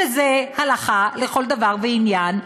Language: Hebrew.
שזה הלכה לכל דבר ועניין,